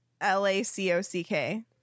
l-a-c-o-c-k